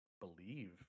believe